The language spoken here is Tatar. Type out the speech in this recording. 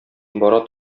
бара